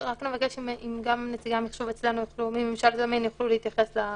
רק נבקש שגם נציגי המחשוב אצלנו מממשל זמין יוכלו להתייחס לפיתוח.